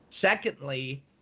Secondly